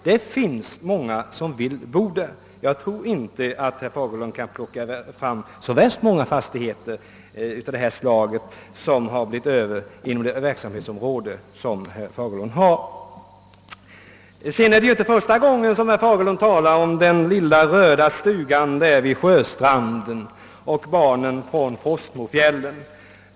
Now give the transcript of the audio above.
Det finns många som vill bo där, och jag tror inte att herr Fagerlund kan peka på något större antal sådana här fastigheter inom sitt verksamhetsområde. Det är inte första gången herr Fagerlund talar om den lilla röda stugan vid sjöstranden och barnen från Frostmofjället.